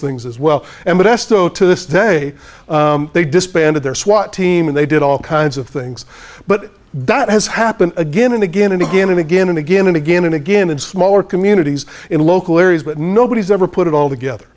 things as well and best though to this day they disbanded their swat team and they did all kinds of things but that has happened again and again and again and again and again and again and again in smaller communities in local areas but nobody's ever put it all together